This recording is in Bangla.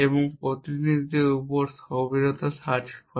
এবং এটি প্রতিনিধিত্বের উপর প্রথমে গভীরতা সার্চ করে